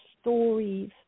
stories